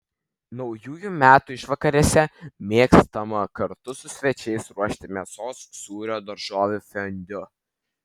naujųjų metų išvakarėse mėgstama kartu su svečiais ruošti mėsos sūrio daržovių fondiu